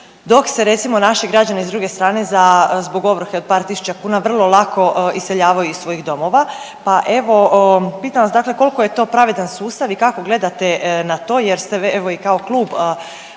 dok se recimo naši građani s druge strane za, zbog ovrhe od par tisuća kuna vrlo lako iseljavaju iz svojih domova, pa evo pitam vas dakle kolko je to pravedan sustav i kako gledate na to jer ste evo i kao klub u